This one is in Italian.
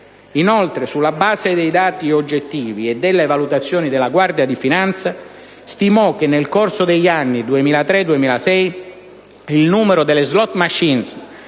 Inoltre, sulla base dei dati oggettivi e delle valutazioni della Guardia di finanza, essa stimò che nel corso degli anni 2003-2006 il numero delle *slot machine*